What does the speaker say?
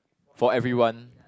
for everyone